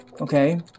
Okay